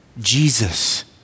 Jesus